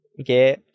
okay